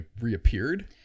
reappeared